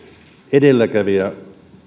edelläkävijä